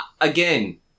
again